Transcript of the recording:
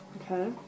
Okay